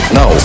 no